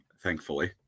thankfully